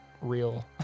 real